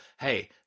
Hey